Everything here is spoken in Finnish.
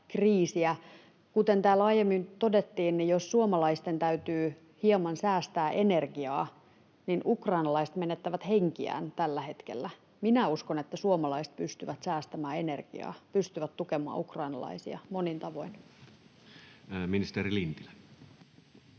kriisiä. Kuten täällä aiemmin todettiin, suomalaisten täytyy hieman säästää energiaa, mutta ukrainalaiset menettävät henkiään tällä hetkellä. Minä uskon, että suomalaiset pystyvät säästämään ener-giaa ja pystyvät tukemaan ukrainalaisia monin tavoin. [Speech 218]